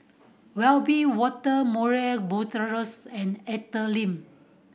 Wiebe Wolter Murray Buttrose and Arthur Lim